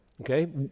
okay